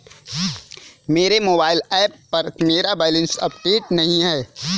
मेरे mobile app पर मेरा बैलेंस अपडेट नहीं है